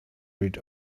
read